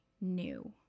new